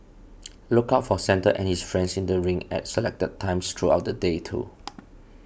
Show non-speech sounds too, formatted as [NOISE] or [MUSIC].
[NOISE] look out for Santa and his friends in the rink at selected times throughout the day too